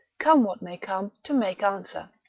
come what may come, to make answer,